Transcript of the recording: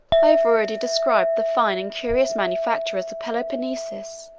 i have already described the fine and curious manufactures of peloponnesus,